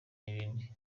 n’ibindi